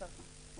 16ב הוא